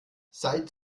seit